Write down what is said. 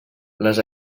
les